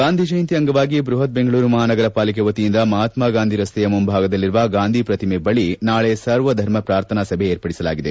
ಗಾಂಧಿ ಜಯಂತಿ ಅಂಗವಾಗಿ ಬೃಹತ್ ಬೆಂಗಳೂರು ಮಹಾನಗರ ಪಾಲಿಕೆ ವತಿಯಿಂದ ಮಹಾತ್ಮ ಗಾಂಧಿ ರಸ್ತೆಯ ಮುಂಭಾಗದಲ್ಲಿರುವ ಗಾಂಧಿ ಪ್ರತಿಮೆ ಬಳಿ ನಾಳೆ ಸರ್ವಧರ್ಮ ಪ್ರಾರ್ಥನಾ ಸಭೆ ವಿರ್ಪಡಿಸಲಾಗಿದೆ